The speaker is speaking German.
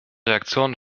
reaktionen